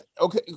Okay